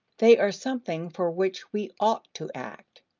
they are something for which we ought to act.